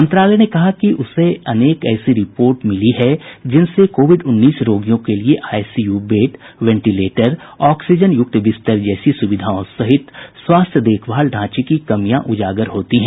मंत्रालय ने कहा कि उसे अनेक ऐसी रिपोर्ट मिली हैं जिनसे कोविड उन्नीस रोगियों के लिए आईसीयू बेड वेंटिलेटर ऑक्सीजन यूक्त बिस्तर जैसी सुविधाओं सहित स्वास्थ्य देखभाल ढांचे की कमियां उजागर होती हैं